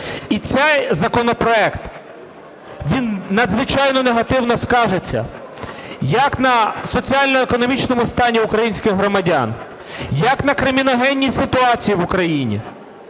І цей законопроект, він надзвичайно негативно скажеться як на соціально-економічному стані українських громадян, як на криміногенній ситуації в Україні,